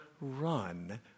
run